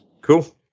Cool